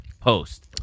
post